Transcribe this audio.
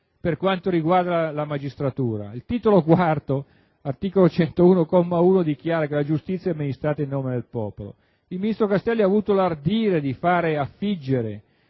per quanto riguarda la magistratura. Il Titolo IV, articolo 101, comma uno, dichiara: «La giustizia è amministrata in nome del popolo». Il ministro Castelli ha avuto l'ardire di fare affiggere